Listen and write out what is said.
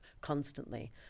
constantly